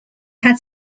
had